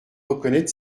reconnaître